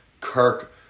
Kirk